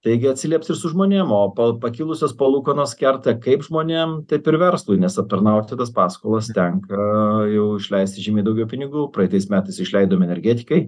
taigi atsilieps ir su žmonėm o po pakilusios palūkanos kerta kaip žmonėm taip ir verslui nes aptarnauti tas paskolas tenka jau išleisti žymiai daugiau pinigų praeitais metais išleidom energetikai